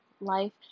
life